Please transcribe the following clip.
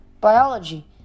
biology